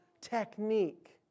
technique